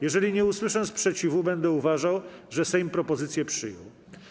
Jeżeli nie usłyszę sprzeciwu, będę uważał, że Sejm propozycję przyjął.